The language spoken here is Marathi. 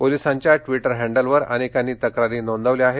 पोलिसांच्या ट्वीटर हैंडलवर अनेकांनी तक्रारी नोंदवल्या आहेत